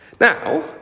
Now